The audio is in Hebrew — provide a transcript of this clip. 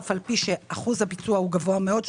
אף על פי שאחוז הביצוע הוא גבוה מאוד,